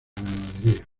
ganadería